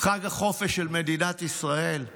חג החופש של מדינת ישראל?